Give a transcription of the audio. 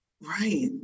right